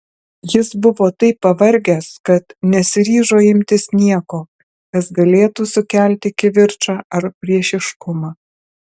jis buvo taip pavargęs kad nesiryžo imtis nieko kas galėtų sukelti kivirčą ar priešiškumą